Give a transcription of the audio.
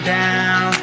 down